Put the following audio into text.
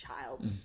child